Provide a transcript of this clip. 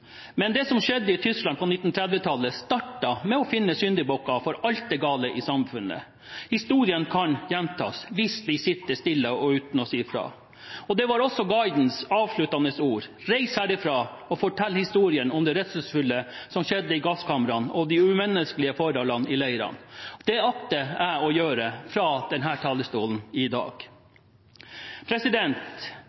Men det som skjedde i Tyskland på 1930-tallet, startet med å finne syndebukker for alt det gale i samfunnet. Historien kan gjentas hvis vi sitter stille uten å si fra. Det var også guidens avsluttende ord: Reis her ifra og fortell historien om det redselsfulle som skjedde i gasskamrene, og de umenneskelige forholdene i leirene. Det akter jeg å gjøre fra denne talerstolen i dag.